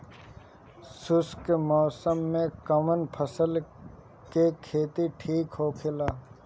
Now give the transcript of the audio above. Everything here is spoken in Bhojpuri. शुष्क मौसम में कउन फसल के खेती ठीक होखेला?